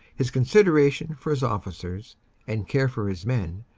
his con sideration for his officers and care for his men,